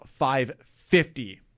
550